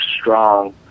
strong